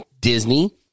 Disney